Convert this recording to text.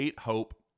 Hope